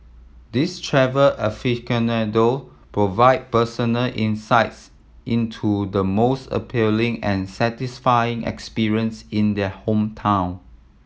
these travel aficionado provide personal insight into the most appealing and satisfying experience in their hometown